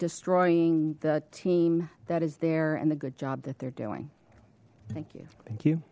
destroying the team that is there and the good job that they're doing thank you thank